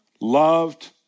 Loved